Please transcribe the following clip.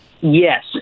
Yes